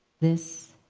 this